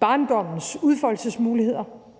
barndommens udfoldelsesmuligheder.